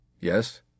Yes